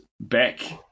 back